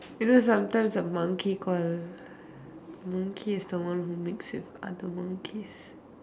you know sometimes a monkey call a monkey is the one who mix with other monkeys